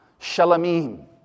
shalomim